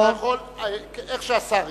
אתה יכול, איך שהשר ירצה.